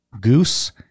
Goose